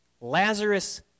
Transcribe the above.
Lazarus